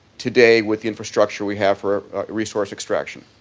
today with the infrastructure we have for resource extraction.